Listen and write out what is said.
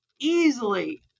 easily